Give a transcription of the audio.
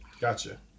gotcha